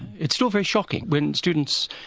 it's still very shocking when students,